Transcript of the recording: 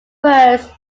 words